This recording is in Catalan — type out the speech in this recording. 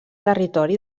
territori